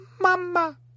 mama